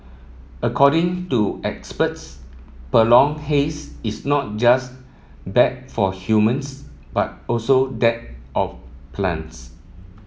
according to experts prolonged haze is not just bad for humans but also that of plants